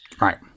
Right